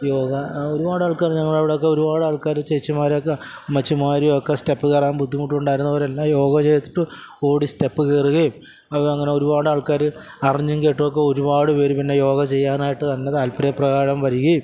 യോഗ ഒരുപാട് ആള്ക്കാര് ഞങ്ങളുടെ അവിടെയൊക്കെ ഒരുപാട് ആൾക്കാർ ചേച്ചിമാരൊക്കെ അമ്മച്ചിമാരും ഒക്കെ സ്റ്റെപ്പ് കയറാന് ബുദ്ധിമുട്ട് ഉണ്ടായിരുന്നവരെല്ലാം യോഗ ചെയ്തിട്ട് ഓടി സ്റ്റെപ്പ് കയറുകയും അതങ്ങനെ ഒരുപാട് ആൾക്കാർ അറിഞ്ഞും കേട്ടും ഒക്കെ ഒരുപാട് പേർ പിന്നെ യോഗ ചെയ്യാനായിട്ട് തന്നെ താല്പ്പര്യ പ്രകാരം വരികയും